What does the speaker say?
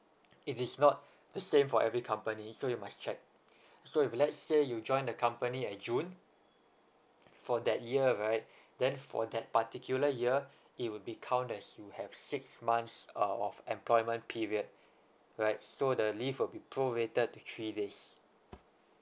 it is not the same for every company so you must check so if let's say you join the company at june for that year right then for that particular year it would be count as you have six months uh of employment period right so the leave will be prorated to three days